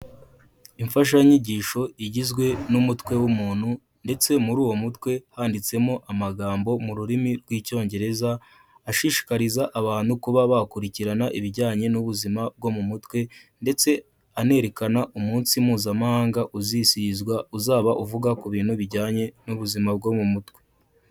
Imfashanyigisho igizwe n'umutwe w'umuntu, ndetse muri uwo mutwe handitsemo amagambo mu rurimi rw'icyongereza, ashishikariza abantu kuba bakurikirana ibijyanye n'ubuzima bwo mu mutwe, ndetse anerekana umunsi mpuzamahanga uzizihizwa uzaba uvuga ku bintu bijyanye n'ubuzima bwo mu mutwe.